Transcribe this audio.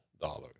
dollars